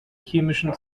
chemischen